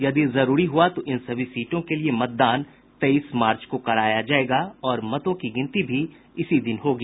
यदि जरूरी हुआ तो इन सभी सीटों के लिए मतदान तेईस मार्च को कराया जायेगा और मतों की गिनती भी इसी दिन होगी